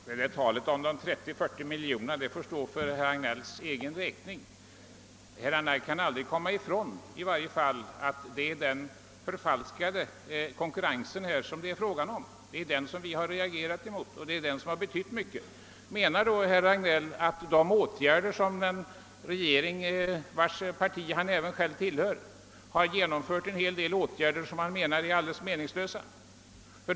Herr talman! Talet om de 30 å 40 miljonerna får stå för herr Hagnells egen räkning. Herr Hagnell kan i varje fall aldrig komma ifrån att det är den förfalskade importen det här är fråga om. Det är den vi har reagerat mot, och det är den som har betytt mycket. Menar herr Hagnell som själv tillhör regeringspartiet, att de åtgärder som regeringen har genomfört — det är ju en hel del åtgärder — är alldeles meningslösa?